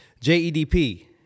J-E-D-P